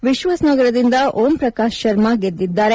ವಿಶ್ವಾಸ್ನಗರದಿಂದ ಓಂ ಪ್ರಕಾಶ್ ಶರ್ಮಾ ಗೆದ್ದಿದ್ದಾರೆ